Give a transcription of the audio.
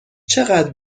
چقدر